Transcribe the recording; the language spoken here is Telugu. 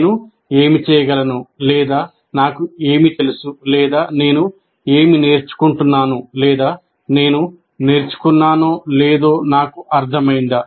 నేను ఏమి చేయగలను లేదా నాకు ఏమి తెలుసు లేదా నేను ఏమి నేర్చుకుంటున్నాను లేదా నేను నేర్చుకున్నానో లేదో నాకు అర్థమైందా